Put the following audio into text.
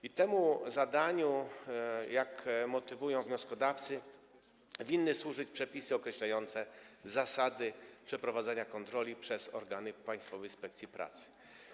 I temu zadaniu, jak motywują wnioskodawcy, winny służyć przepisy określające zasady przeprowadzania kontroli przez organy Państwowej Inspekcji Pracy.